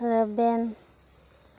ᱨᱮᱵᱮᱱ